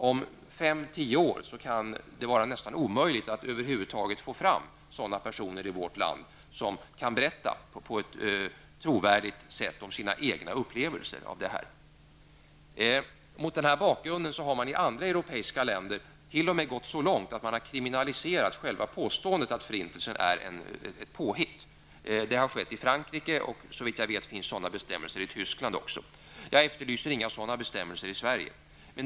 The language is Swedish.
Om 5--10 år kan det vara nästan omöjligt att i vårt land över huvud taget få tag på personer som på ett trovärdigt sätt kan berätta om sina egna upplevelser. Mot den här bakgrunden har man i andra europeiska länder t.o.m. gått så långt att man har kriminaliserat själva påståendet att förintelsen är ett påhitt. Det har skett i Frankrike, och såvitt jag vet finns sådana bestämmelser i Tyskland också. Jag efterlyser inga sådana bestämmelser i Sverige.